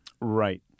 Right